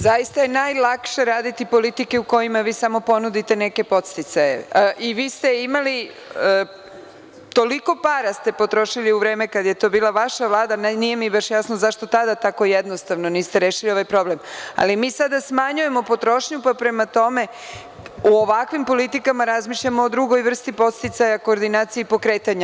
Zaista je najlakše raditi politike u kojima vi samo ponudite neke podsticaje i vi ste imali, toliko para ste potrošili u vreme kada je to bilo vaša Vlada, nije mi baš jasno zašto tada tako jednostavno niste rešili ovaj problem, ali mi sada smanjujemo potrošnju, pa prema tome, u ovakvim politika razmišljamo o drugoj vrsti podsticaja, koordinacije i pokretanja.